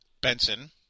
Benson